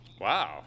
Wow